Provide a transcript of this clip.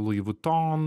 lui vuton